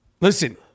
Listen